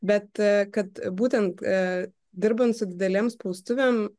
bet kad būtent dirbant su didelėm spaustuvėm